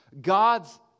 God's